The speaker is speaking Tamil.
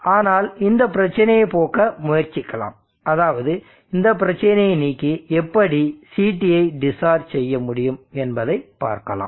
ஆனால் இந்தப் பிரச்சினையை போக்க முயற்சிக்கலாம் அதாவது இந்த பிரச்சினையை நீக்கி எப்படி CTயை டிஸ்சார்ஜ் செய்ய முடியும் என்பதை பார்க்கலாம்